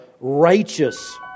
righteous